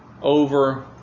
over